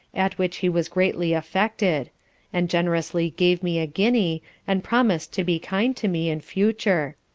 at which he was greatly affected and generously gave me a guinea and promis'd to be kind to me in future.